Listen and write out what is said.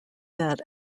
that